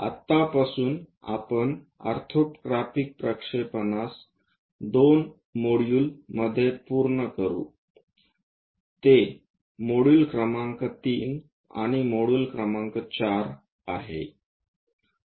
आतापासून आपण ऑर्थोग्राफिक प्रक्षेपणास 2 मॉड्यूल मध्ये पूर्ण करू ते मॉड्यूल नंबर 3 आणि मॉड्यूल नंबर 4 आहे